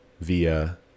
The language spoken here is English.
via